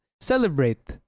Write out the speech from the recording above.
celebrate